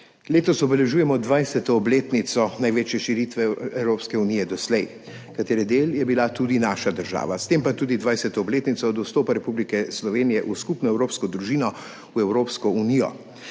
Letos obeležujemo 20. obletnico največje širitve Evropske unije doslej, katere del je bila tudi naša država, s tem pa tudi 20. obletnico vstopa Republike Slovenije v skupno evropsko družino, v Evropsko unijo.